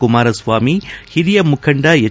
ಕುಮಾರಸ್ವಾಮಿ ಹಿರಿಯ ಮುಖಂಡ ಎಚ್